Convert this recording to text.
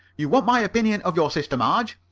you want my opinion of your sister marge?